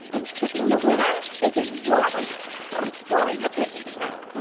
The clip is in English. and picking the winner is in your hands or your pigeon toes